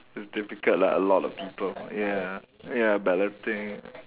it's difficult lah a lot of people ya ya ya balloting